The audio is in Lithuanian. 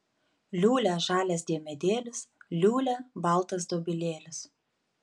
liūlia žalias diemedėlis liūlia baltas dobilėlis